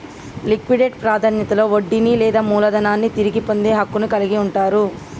liquidate ప్రాధాన్యతలో వడ్డీని లేదా మూలధనాన్ని తిరిగి పొందే హక్కును కలిగి ఉంటరు